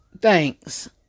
Thanks